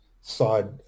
side